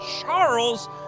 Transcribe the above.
Charles